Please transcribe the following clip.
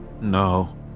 No